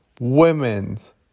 women's